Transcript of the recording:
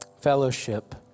fellowship